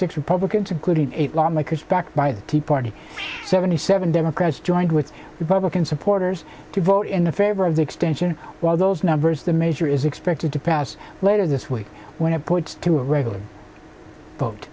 six republicans including eight lawmakers backed by the tea party seventy seven democrats joined with republican supporters to vote in favor of the extension while those numbers the measure is expected to pass later this week when it points to a regular